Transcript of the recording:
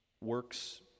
works